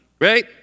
right